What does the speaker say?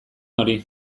hori